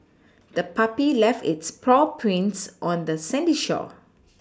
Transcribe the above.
the puppy left its paw prints on the sandy shore